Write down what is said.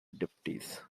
deputies